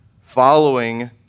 following